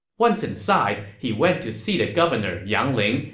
once inside, he went to see the governor, yang ling,